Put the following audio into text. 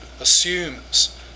assumes